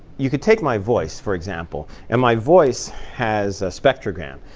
you could take my voice, for example. and my voice has a spectrogram.